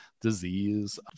disease